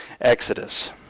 Exodus